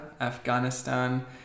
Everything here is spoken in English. Afghanistan